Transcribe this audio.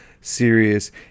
serious